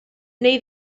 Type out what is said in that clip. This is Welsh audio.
neu